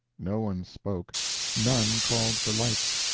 no one spoke none called for lights.